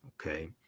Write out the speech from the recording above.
okay